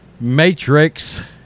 Matrix